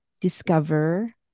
discover